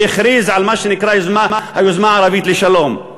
והכריז על מה שנקרא "היוזמה הערבית לשלום".